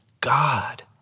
God